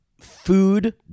food